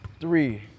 three